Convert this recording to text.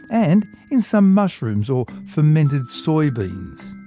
and in some mushrooms or fermented soybeans.